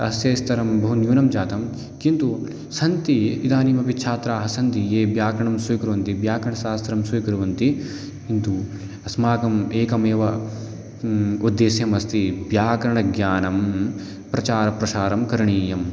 अस्य स्तरं बहु न्यूनं जातं किन्तु सन्ति इदानीमपि छात्राः सन्ति ये व्याकरणं स्वीकुर्वन्ति व्याकरणशास्त्रं स्वीकुर्वन्ति किन्तु अस्माकम् एकमेव उद्देशम् अस्ति व्याकरणज्ञानं प्रचारं प्रसारं करणीयम्